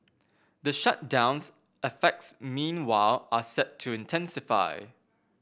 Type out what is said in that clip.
the shutdown's effects meanwhile are set to intensify